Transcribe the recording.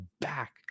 back